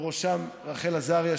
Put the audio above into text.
ובראשם לרחל עזריה,